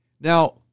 Now